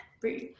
breathe